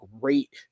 great